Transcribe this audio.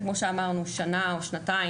כמו שאמרנו, לרוב שנה או שנתיים,